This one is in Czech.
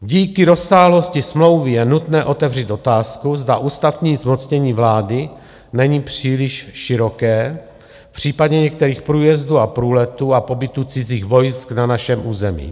Díky rozsáhlosti smlouvy je nutné otevřít otázku, zda ústavní zmocnění vlády není příliš široké v případě některých průjezdů a průletů a pobytu cizích vojsk na našem území.